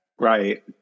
Right